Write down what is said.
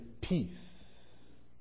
peace